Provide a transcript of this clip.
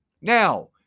Now